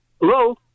Hello